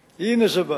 הנה זה בא.